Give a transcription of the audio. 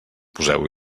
poseu